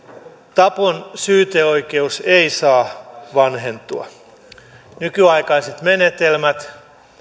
tapon syyteoikeus ei saa vanhentua nykyaikaiset menetelmät